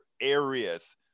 areas